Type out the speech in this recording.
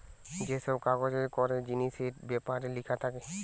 যে সব কাগজে করে জিনিসের বেপারে লিখা থাকে